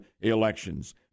elections